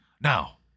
Now